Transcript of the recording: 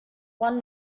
one